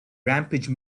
rampage